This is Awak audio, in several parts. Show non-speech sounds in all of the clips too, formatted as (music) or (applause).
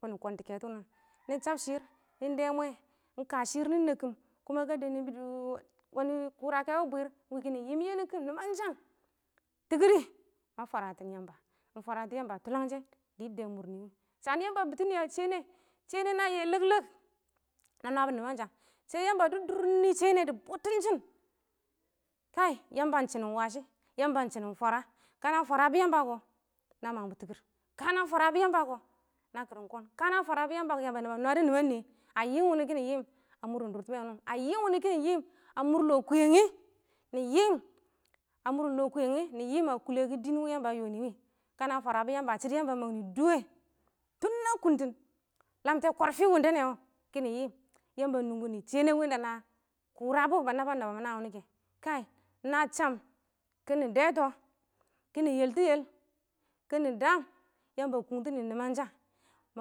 kɔn nɪ kɔntɔ kɛtʊ wʊnɪ wɛ, (noise) nɪ shab shɪrr, nɪ dɛ mwɛ, ɪng ka shɪrr nɪ nɛbkɪm kʊma ka dɜb nɪ bʊ dɪ wanɪ kʊrakɛ wɪ bwɪɪr, wɪ kɪ yɪram ye kɪm nɪmanshang, tɪkɪr rɪ ma fwaratɪn Yamba, mɪ fwaratʊ Yamba tʊlanshɪn yadda a mʊr nɪ, shanɪ yamba a bɪtɪnɪ a shɛnɛ, shɛnɛ na yɛ lɛklɛk, na nwabɔ nɪmansha, shɛ Yamba dɪ dʊr nɪ shɛnɛ dɪ bʊtʊn shɪn, kaɪ yamba ɪng shɪnɪn wa shɪ, yamba ɪng shɪnɪn fwara, kana fwarabʊ yamba kɔ na mangbɔ shɪnɪn tɪkɪr, kana fwarabɔ yamba kɔ na kɪrɪm kɔn, kana fwara bʊ yamba kɔ yamba na ba nwadɔ nɪman nɪyɛ dɪ yɪm wʊnɪ kɪ nɪ yɪm a mʊr dʊrtɪmɛ wʊnɪ, a yɪm wʊnɪ kɪnɪ yɪm a mʊr lɔ kʊyɛngɪ, nɪ yɪm a kʊlɛkʊ dɪɪn yamba a yɔ nɪ wɪ, kana fwarabʊ yamba shɪdɔ yamba a mang nɪ dʊwɛ tʊn na kʊntɪn lamtɛ kɔrfɪ wʊnɪ kɪnɪ yɪm, ba nʊngɪ nɪ shɛnɛ wɪ ɪng na kʊrabɔ naan wɪnɪ kɛ. Kaɪ na cham, kɪnɪ dɛ tɔ, kɪnɪ yɛltʊ yɛl, kɪnɪ daam yamba kʊngtɪnɪ nɪmangshang, mɪ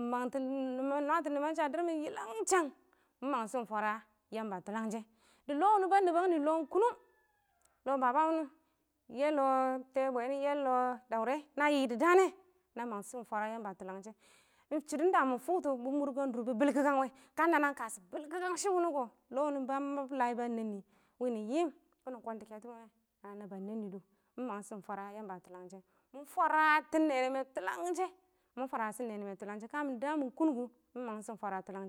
mangtɔ, mɪ nwatɔ a dɪrr mɪn yɪlangshang, mɪ mangtɪshɪm fwara Yamba tʊlanshɛ. Lɔ wɪnɪ ba nɛbang nɪ ɪng lɔ kʊnʊng, (noise) wɪ baba wʊnɪ yɛ, wɪ lɔ tɛe, bwɛnɪ, yɛ lɔ Daʊrɛ, na yɪ dɪ daan nɛ, na mangtɪshɪm fwara Yamba tʊlanshɛ. ɪng shɪdɔn da mɪ fʊktɔ bɪ mʊrkɪkang dʊr bɪ bɪlkang wɛ, ka nana ɪng kashɔ bɪlkɪkangshɪ wʊnɔ kɔ, lɔ wʊnɪ ba mab layɪ ba nɛɛn nɪ wɪ, wɪ nɪ yɪm nɪ kɔntɔ kɛtɔ wʊnɪ, na naba nɛnnɪ dʊ, mɪ mangtɪshɪm fwara Yamba tʊlanshɪn. Mɪ fwaratɪn ɪng nɛnɪ mɛ tʊlanshɛ, mɪ fwaratɪn nɛnɪ mɛ tʊlanshɛ, ɪng shɪdɔ ka mɪ da mɪ kʊn kʊ mɪ mangtɪshɪm fwara tʊlanshɛ